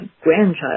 grandchild